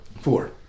Four